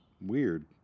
weird